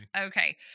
Okay